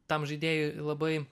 tam žaidėjui labai